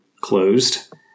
closed